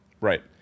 Right